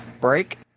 break